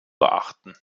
beachten